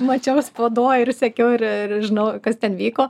mačiau spaudoj ir sekiau ir ir žinau kas ten vyko